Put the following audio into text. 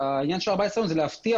העניין של ה-14 ימים הוא כדי להבטיח